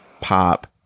pop